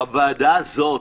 הוועדה הזאת,